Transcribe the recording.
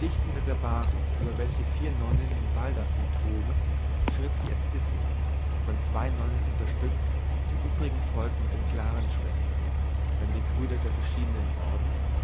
dicht hinter der bahre über welche vier nonnen den baldachin trugen schritt die äbtissin von zwei nonnen unterstützt die übrigen folgten mit den klaren schwestern dann die brüder der verschiedenen orden